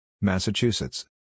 Massachusetts